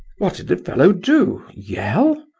what did the fellow do yell?